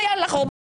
ויאללה חורבן בית